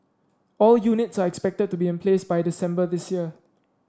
all units are expected to be in place by December this year